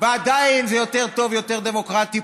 זה יותר טוב ויותר דמוקרטי,